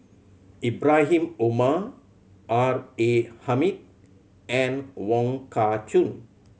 Ibrahim Omar R A Hamid and Wong Kah Chun